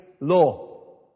law